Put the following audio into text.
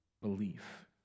belief